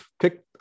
pick